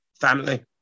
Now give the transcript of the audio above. family